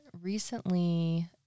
recently